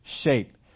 shape